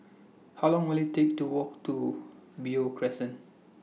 How Long Will IT Take to Walk to Beo Crescent